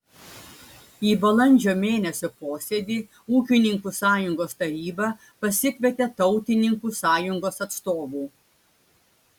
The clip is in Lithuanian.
į balandžio mėnesio posėdį ūkininkų sąjungos taryba pasikvietė tautininkų sąjungos atstovų